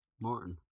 Martin